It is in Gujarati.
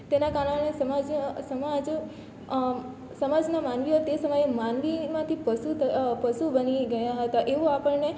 તેના કારણે સમાજ સમાજના માનવીઓ તે સમયે માનવીમાંથી પશુ બની ગયા હતા એવું આપણને